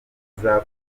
izakora